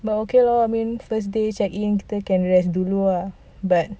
but okay lor I mean first day check kita can rest dulu lah but then